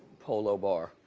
polo bar,